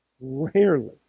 rarely